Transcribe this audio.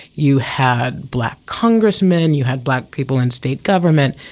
you had black congressmen, you had black people in state government.